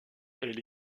elle